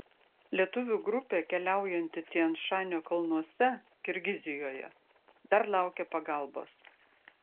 lietuvių grupė keliaujanti tian šanio kalnuose kirgizijoje dar laukia pagalbos